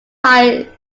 higher